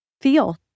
feel